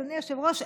אדוני היושב-ראש,